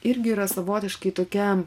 irgi yra savotiškai tokia